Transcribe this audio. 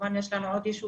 יש לנו עוד ישובים.